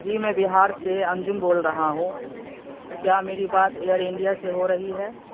جی میں بہار سے انجم بول رہا ہوں کیا میری بات ایئر انڈیا سے ہو رہی ہے